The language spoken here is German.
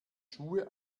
schuhe